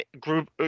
group